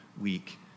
week